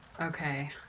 Okay